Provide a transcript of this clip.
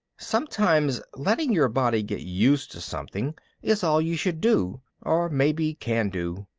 sometimes letting your body get used to something is all you should do, or maybe can do.